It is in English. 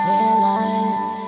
Realize